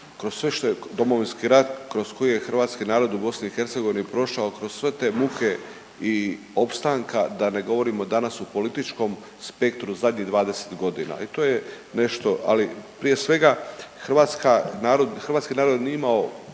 kroz sve što je Domovinski rat kroz koji je hrvatski narod u BiH prošao kroz sve te muke i opstanka, da ne govorimo danas u političkom spektru zadnjih 20 godina i to je nešto, ali prije svega, hrvatska narod, hrvatski